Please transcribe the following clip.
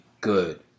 good